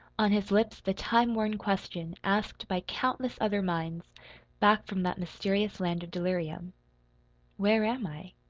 on his lips the time-worn question asked by countless other minds back from that mysterious land of delirium where am i?